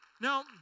Now